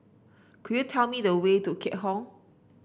could you tell me the way to Keat Hong